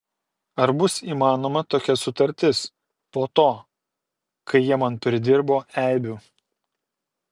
ar bus įmanoma tokia sutartis po to kai jie man pridirbo eibių